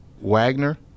Wagner